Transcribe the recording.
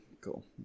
cool